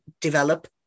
develop